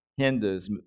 Hindus